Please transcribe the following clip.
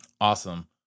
Awesome